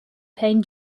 paint